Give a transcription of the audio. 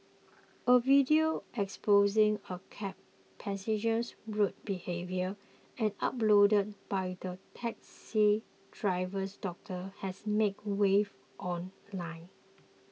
a video exposing a cab passenger's rude behaviour and uploaded by the taxi driver's daughter has made waves online